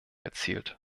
erzielt